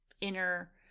inner